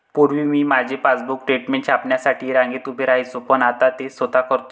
पूर्वी मी माझे पासबुक स्टेटमेंट छापण्यासाठी रांगेत उभे राहायचो पण आता ते स्वतः करतो